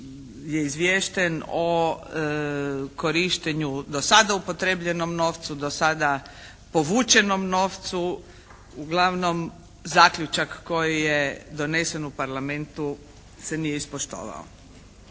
je izvješten o korištenju do sada upotrijebljenom novcu, do sada povučenom novcu. uglavnom zaključak koji je donesen u Parlamentu se nije ispoštovao.